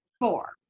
four